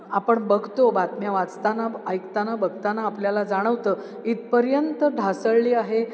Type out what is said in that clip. आपण बघतो बातम्या वाचताना ऐकताना बघताना आपल्याला जाणवतं इथपर्यंत ढासळली आहे